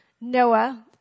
Noah